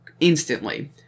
instantly